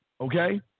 okay